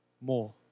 more